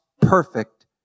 perfect